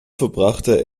verbrachte